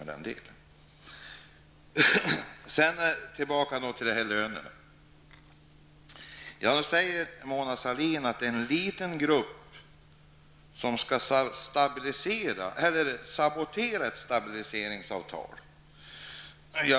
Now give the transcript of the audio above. Mona Sahlin säger att det är en liten grupp som saboterar ett stabiliseringsavtal.